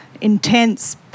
intense